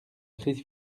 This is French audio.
crise